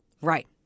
Right